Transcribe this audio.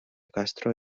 castro